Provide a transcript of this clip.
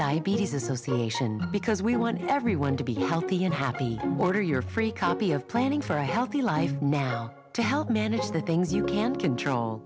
diabetes association because we want everyone to be healthy and happy and border your free copy of planning for a healthy life to help manage the things you can't control